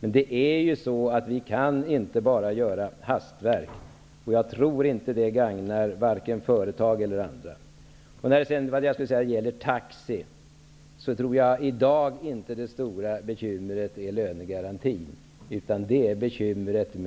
Men vi kan inte bara göra ett hastverk. Jag tror inte att ett sådant gagnar vare sig företag eller andra. Jo, nu vet jag vad det var jag ville säga. Det gäller taxi. Jag tror inte att det stora bekymret i dag är lönegarantin, utan det stora bekymret är